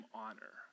honor